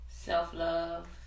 self-love